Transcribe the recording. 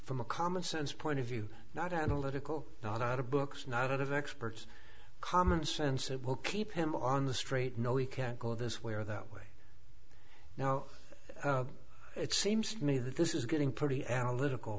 from a common sense point of view not analytical not out of books not out of experts common sense that will keep him on the straight no he can't go this way or that way now it seems to me that this is getting pretty analytical